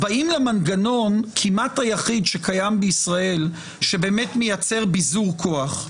באים למנגנון כמעט היחיד שקיים בישראל שבאמת מייצר ביזור כוח,